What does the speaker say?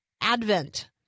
Advent